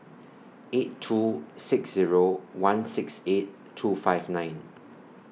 eight two six Zero one six eight two five nine